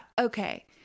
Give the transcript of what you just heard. okay